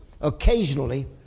occasionally